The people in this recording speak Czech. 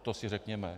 To si řekněme.